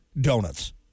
donuts